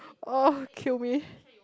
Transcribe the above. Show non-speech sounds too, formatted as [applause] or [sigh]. [breath] oh kill me